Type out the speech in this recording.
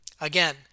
Again